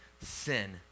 sin